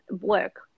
work